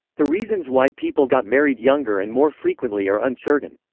the reasons why people got married younger and more frequently are uncertain.